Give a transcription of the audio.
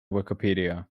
wikipedia